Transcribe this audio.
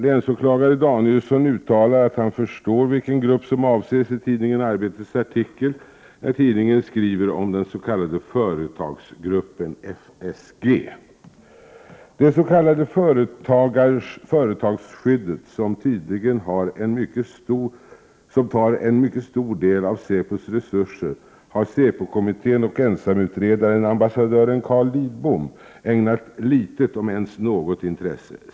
Länsåklagare Danielsson uttalar att han förstår vilken grupp som avses i tidningen Arbetets artikel, när tidningen skriver om den s.k. företagsgruppen, FSG. Det s.k. företagsskyddet, som tydligen tar en mycket stor del av säpos resurser i anspråk, har säpokommittén och ensamutredaren ambassadör Carl Lidbom ägnat litet om ens något intresse.